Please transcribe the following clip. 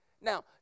Now